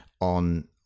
on